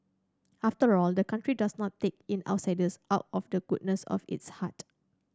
after all the country does not take in outsiders out of the goodness of its heart